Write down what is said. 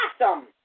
awesome